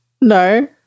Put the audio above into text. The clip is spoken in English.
no